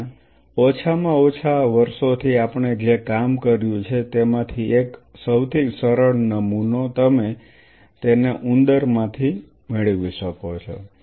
જ્યાં ઓછામાં ઓછા વર્ષોથી આપણે જે કામ કર્યું છે તેમાંથી એક સૌથી સરળ નમૂનો તમે તેને ઉંદર માંથી મેળવી શકો છો